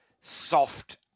soft